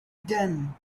done